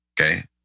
Okay